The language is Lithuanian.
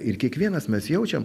ir kiekvienas mes jaučiam